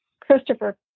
Christopher